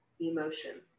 emotion